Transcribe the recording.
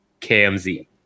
KMZ